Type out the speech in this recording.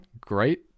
great